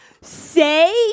Say